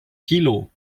kilo